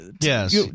Yes